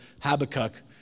Habakkuk